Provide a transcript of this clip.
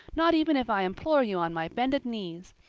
not even if i implore you on my bended knees.